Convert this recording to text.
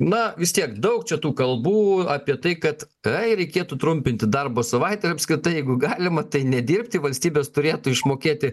na vis tiek daug čia tų kalbų apie tai kad ai reikėtų trumpinti darbo savaitę ir apskritai jeigu galima tai nedirbti valstybės turėtų išmokėti